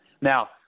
now